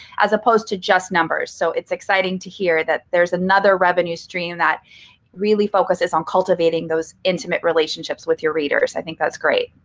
as opposed to just numbers. so it's exciting to hear that there's another revenue stream that really focuses on cultivating those intimate relationships with your readers. i think that's great.